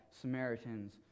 Samaritans